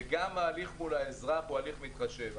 וגם ההליך מול האזרח הוא הליך מתחשב.